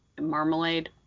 marmalade